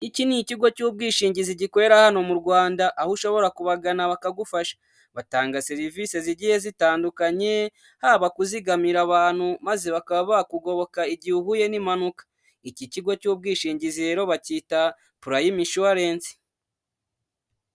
Iki ni ikigo cy'ubwishingizi gikorera hano mu Rwanda, aho ushobora kubagana bakagufasha, batanga serivisi zigiye zitandukanye, haba kuzigamira abantu maze bakaba bakugoboka igihe uhuye n'impanuka, iki kigo cy'ubwishingizi rero bacyita Purayimu inshuwarensi.